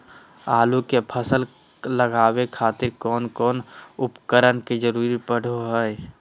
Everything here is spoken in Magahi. आलू के फसल लगावे खातिर कौन कौन उपकरण के जरूरत पढ़ो हाय?